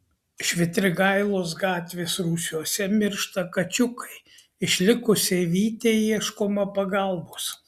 švitrigailos gatvės rūsiuose miršta kačiukai išlikusiai vytei ieškoma pagalbos